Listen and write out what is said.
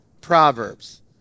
Proverbs